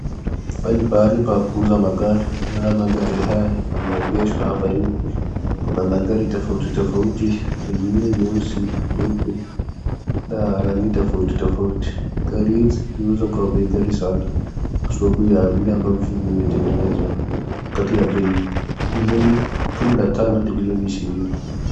Hapa ni pahali pa kuuza magari. Tunaona magari haya yameegeshwa hapa hivi. Kuna magari tofauti tofauti. Kuna zingine nyeusi, nyeupe na rangi tofauti tofauti. Gari hizi zinauzwa kwa bei ghali sana kwa sababu ya vile ambavyo vimetegenezwa, kati ya bei milioni kumi na tano hadi milioni ishirini.